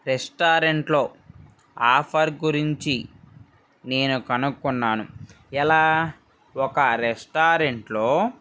రెస్టారెంట్లో ఆఫర్ గురించి నేను కనుక్కున్నాను ఎలా ఒక రెస్టారెంట్లో